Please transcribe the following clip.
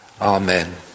Amen